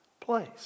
place